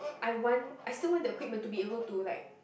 I want I still want the equipment to be able to like